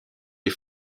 les